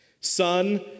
son